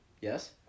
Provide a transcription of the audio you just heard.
Yes